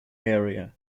area